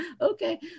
okay